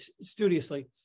studiously